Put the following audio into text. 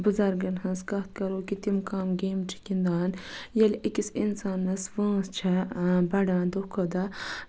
بُزرگَن ہٕنٛز کَتھ کَرو کہِ تِم کَم گیمہٕ چھِ گِندان ییٚلہِ أکِس اِنسانَس وٲنس چھے بَڑان دۄہ کھۄتہٕ دۄہ